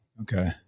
okay